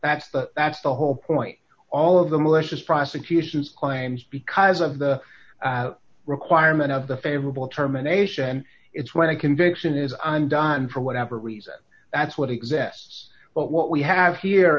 that's the that's the whole point all of the malicious prosecution claims because of the requirement of the favorable terminations it's when a conviction is i'm done for whatever reason that's what exists but what we have here